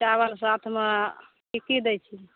चावल साथमे की की दै छी